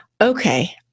okay